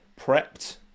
prepped